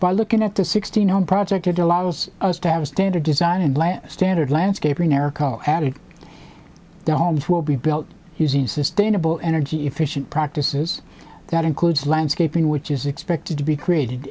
by looking at the sixteen home project it allows us to have a standard design and standard landscaping airco added the homes will be built using sustainable energy efficient practices that includes landscaping which is expected to be created